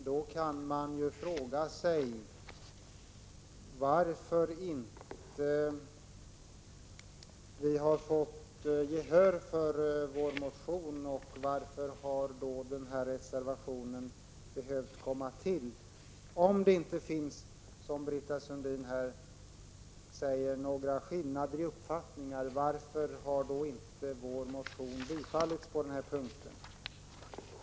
Då kan man fråga sig varför inte vi har fått gehör för vår motion och varför denna reservation har behövt komma till. Om det inte finns, som Britta Sundin här sade, några skillnader i uppfattningar, varför har då inte vår motion tillstyrkts?